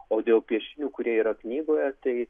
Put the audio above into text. o dėl piešinių kurie yra knygoje tai